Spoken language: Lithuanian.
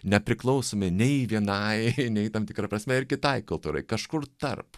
nepriklausome nei vienai nei tam tikra prasme ir kitai kultūrai kažkur tarp